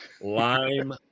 lime